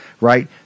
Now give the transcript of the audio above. right